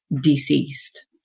deceased